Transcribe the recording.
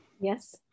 Yes